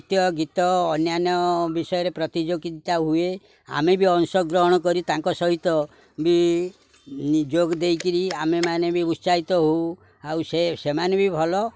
ନୃତ୍ୟ ଗୀତ ଅନ୍ୟାନ୍ୟ ବିଷୟରେ ପ୍ରତିଯୋଗିତା ହୁଏ ଆମେ ବି ଅଂଶଗ୍ରହଣ କରି ତାଙ୍କ ସହିତ ବି ଦେଇକିରି ଆମେମାନେ ବି ଉତ୍ସାହିତ ହଉ ଆଉ ସେ ସେମାନେ ବି ଭଲ